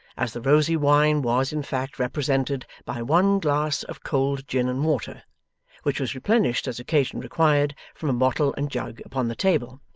as the rosy wine was in fact represented by one glass of cold gin-and-water, which was replenished as occasion required from a bottle and jug upon the table,